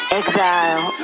exile